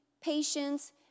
patience